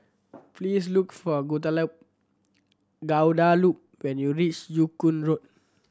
please look for Guadalupe when you reach Joo Koon Road